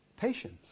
patience